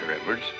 Edwards